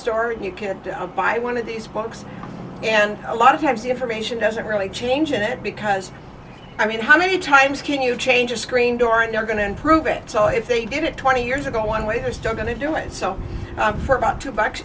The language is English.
store you can buy one of these books and a lot of times the information doesn't really change it because i mean how many times can you change a screen door and they're going to improve it so if they get it twenty years ago one way they're still going to do it so for about two bucks